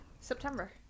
september